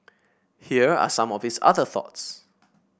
here are some of his other thoughts